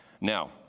Now